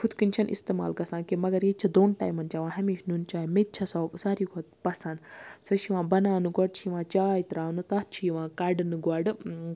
ہُتھ کٔنۍ چھَنہٕ اِستِمال گَژھان کینٛہہ مَگَر ییٚتہِ چھِ دۄن ٹایمَن چیٚوان ہَمیشہِ نُنہٕ چاے مےٚ تہِ چھَ سۄ ساروی کھۄتہ پَسَند سُہ چھِ یِوان بَناونہٕ گۄڈٕ چھِ یِوان چاے تراونہٕ تَتھ چھ یِوان کَڑنہٕ گۄڈٕ